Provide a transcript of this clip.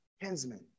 kinsmen